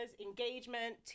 engagement